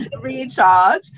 recharge